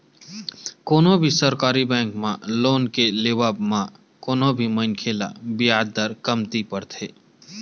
कोनो भी सरकारी बेंक म लोन के लेवब म कोनो भी मनखे ल बियाज दर कमती परथे